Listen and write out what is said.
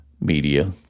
media